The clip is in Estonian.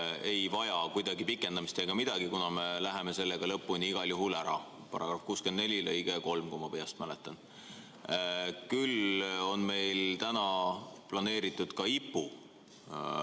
ei vaja kuidagi pikendamist ega midagi, kuna me läheme sellega lõpuni igal juhul, see on § 64 lõige 3, kui ma peast [õigesti] mäletan. Küll on meil täna planeeritud ka IPU